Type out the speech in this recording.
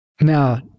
Now